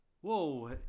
Whoa